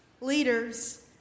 leaders